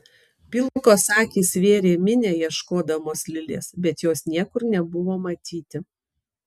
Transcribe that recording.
pilkos akys vėrė minią ieškodamos lilės bet jos niekur nebuvo matyti